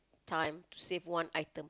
time save one item